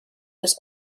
this